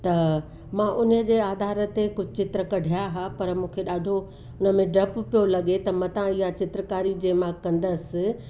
त मां उन जे आधार ते कुझु चित्र कढिया हुआ पर मूंखे ॾाढो हुनमें डपु पियो लॻे त मतां इअ चित्रकारी जे मां कंदसि